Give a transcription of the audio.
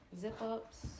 zip-ups